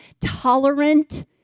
tolerant